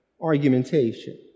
argumentation